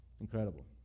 Incredible